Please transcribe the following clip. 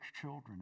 children